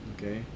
Okay